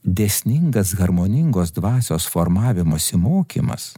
dėsningas harmoningos dvasios formavimosi mokymas